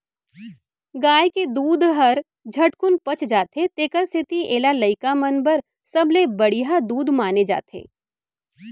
गाय के दूद हर झटकुन पच जाथे तेकर सेती एला लइका मन बर सबले बड़िहा दूद माने जाथे